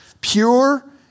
Pure